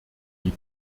die